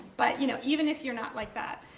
but you know even if you're not like that,